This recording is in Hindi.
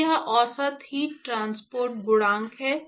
तो यह औसत हीट ट्रांसपोर्ट गुणांक है